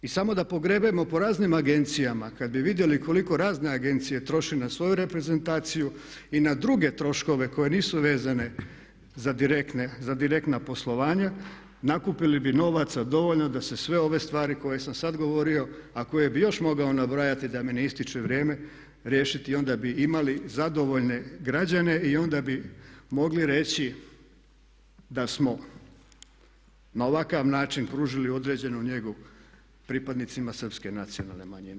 I samo da pogrebemo po raznim agencijama kad bi vidjeli koliko razne agencije troše na svoju reprezentaciju i na druge troškove koje nisu vezane za direktna poslovanja nakupili bi novaca dovoljno da se sve ove stvari koje sam sad govorio, a koje bih još mogao nabrajati da mi ne ističe vrijeme riješiti i onda bi imali zadovoljne građane i onda bi mogli reći da smo na ovakav način pružili određenu njegu pripadnicima srpske nacionalne manjine.